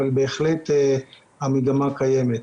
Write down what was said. אבל בהחלט המגמה קיימת.